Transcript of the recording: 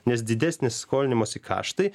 nes didesni skolinimosi kaštai